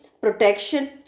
protection